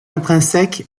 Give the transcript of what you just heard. intrinsèque